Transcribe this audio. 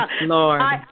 Lord